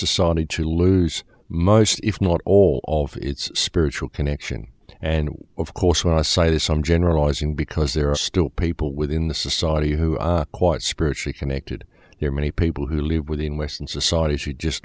saudi to lose most if not all of its spiritual connection and of course when i say this i'm generalizing because there are still people within the society who are quite spirit she connected there are many people who live within western societ